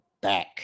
back